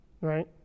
right